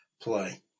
Play